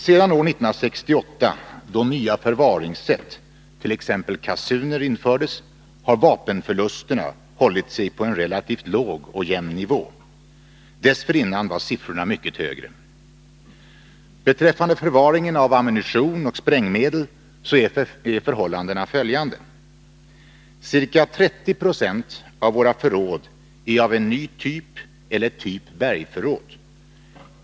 Sedan år 1968, då nya förvaringssätt, t.ex. kassuner, infördes, har vapenförlusterna hållit sig på en relativt låg och jämn nivå. Dessförinnan var siffrorna mycket högre. Beträffande förvaringen av ammunition och sprängmedel är förhållandet följande. Ca 30 70 av våra förråd är av ny typ eller typ bergförråd.